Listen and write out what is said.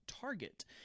Target